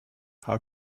how